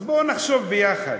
אז בוא נחשוב ביחד.